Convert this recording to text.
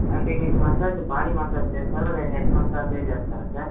ఏవండి మీరు massage body massage చేస్తారా లేదా హెడ్ మసాజే చేస్తారా సార్